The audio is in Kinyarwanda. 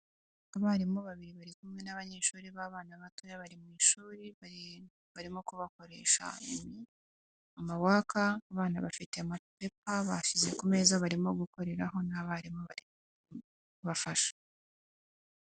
Abarimu babiri bari kumwe n'abanyeshuri b'abana batoya bari mu ishuri, barimo kubakoresha amawaka abana bafite amapepa bashyize ku meza barimo gukoreraho n'abarimu bari kubafasha.